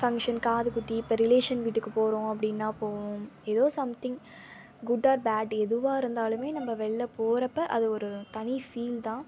function காது குத்து இப்போ ரிலேஷன் வீட்டுக்கு போகிறோம் அப்படினா போவோம் ஏதோ சம்திங் குட் ஆர் பேட் எதுவாக இருந்தாலும் நம்ப வெளில போகிறப்ப அது ஒரு தனி ஃபீல் தான்